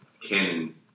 canon